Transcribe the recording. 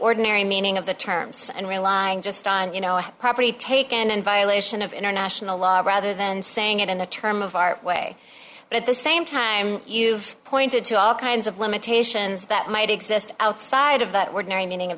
ordinary meaning of the terms and relying just on you know property taken in violation of international law rather than saying it in the term of our way at the same time you've pointed to all kinds of limitations that might exist outside of that ordinary meaning of